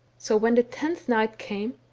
so when the tenth night came,